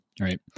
right